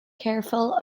careful